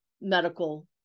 medical